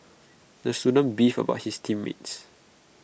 the student beefed about his team mates